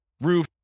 roof